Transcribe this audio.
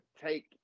take